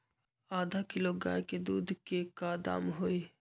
आधा किलो गाय के दूध के का दाम होई?